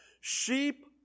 sheep